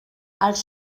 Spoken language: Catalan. els